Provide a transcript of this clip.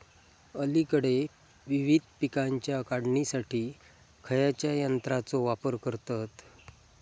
अलीकडे विविध पीकांच्या काढणीसाठी खयाच्या यंत्राचो वापर करतत?